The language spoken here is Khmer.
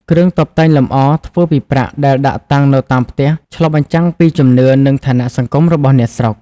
គ្រឿងតុបតែងលម្អ ធ្វើពីប្រាក់ដែលដាក់តាំងនៅតាមផ្ទះ ឆ្លុះបញ្ចាំងពីជំនឿ និងឋានៈសង្គមរបស់អ្នកស្រុក។